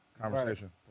conversation